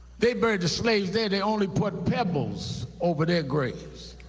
they buried the slaves there, they only put pebbles over their graves.